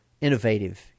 innovative